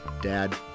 dad